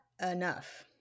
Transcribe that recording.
enough